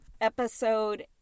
Episode